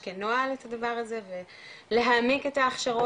כנוהל את הדבר הזה להעמיק את ההכשרות.